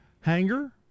Hanger